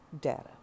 data